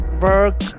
work